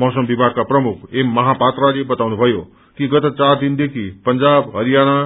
मौसम विभागका प्रमुख एम महापात्रले बताउनु भयो कि गत चार दिनदेखि पंजाब हरियाणा